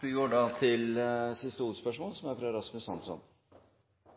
Vi går da til siste hovedspørsmål.